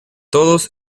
todos